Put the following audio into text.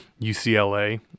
UCLA